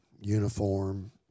uniform